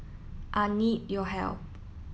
I need your help